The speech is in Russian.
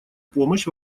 помощь